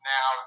Now